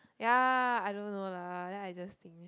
ya I don't know lah then I just think